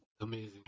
Amazing